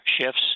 shifts